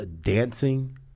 dancing